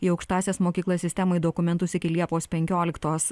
į aukštąsias mokyklas sistemai dokumentus iki liepos penkioliktos